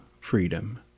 freedom